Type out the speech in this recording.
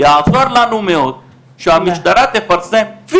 יעזור לנו מאוד שהמשטרה תפרסם,